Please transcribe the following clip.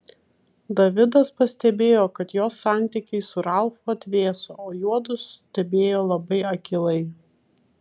davidas pastebėjo kad jos santykiai su ralfu atvėso o juodu stebėjo labai akylai